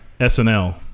SNL